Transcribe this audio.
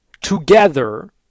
together